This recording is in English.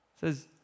says